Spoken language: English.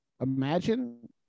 Imagine